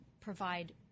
provide